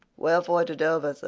wherefore to dover, sir?